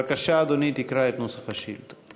בבקשה, אדוני, תקרא את נוסח השאילתה.